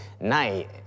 night